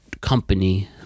company-